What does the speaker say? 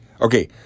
Okay